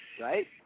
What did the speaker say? right